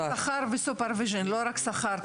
זה שכר וסופרוויז'ן, לא רק שכר.